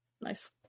Nice